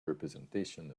representation